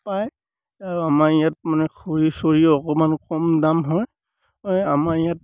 পায় আৰু আমাৰ ইয়াত মানে খৰি চৰিও অকণমান কম দাম হয় আমাৰ ইয়াত